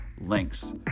links